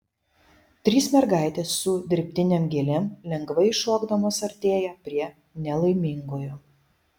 trys mergaitės su dirbtinėm gėlėm lengvai šokdamos artėja prie nelaimingojo